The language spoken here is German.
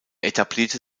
etablierte